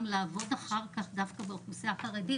לעבוד אחר כך דווקא באוכלוסייה החרדית.